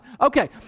Okay